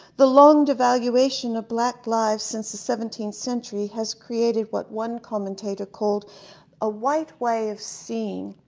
the long devaluation of black lives since the seventeenth century has created what one commentator called a white way of seeing.